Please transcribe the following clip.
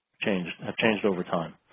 change have changed over time.